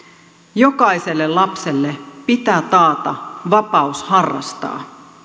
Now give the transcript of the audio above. jokaiselle lapselle pitää taata vapaus harrastaa